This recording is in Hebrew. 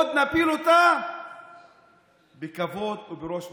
עוד נפיל אותה בכבוד ובראש מורם.